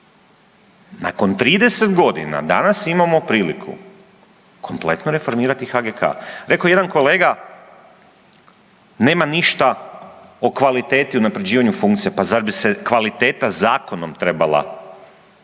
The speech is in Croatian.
Nakon 30 godina danas imamo priliku kompletno reformirati HGK. Rekao je jedan kolega, nema ništa o kvaliteti i unapređivanju funkcije, pa zar bi se kvaliteta zakonom trebala